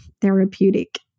therapeutic